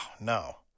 no